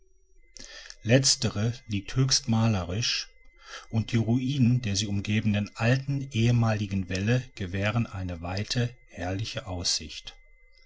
letztere liegt höchst malerisch und die ruinen der sie umgebenden alten ehemaligen wälle gewähren eine weite herrliche aussicht